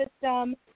system